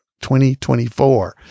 2024